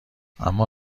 اما